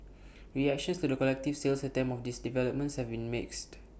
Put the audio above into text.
reactions to the collective sales attempt of these developments have been mixed